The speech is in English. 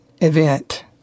event